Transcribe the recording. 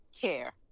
care